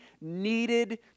needed